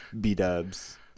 B-dubs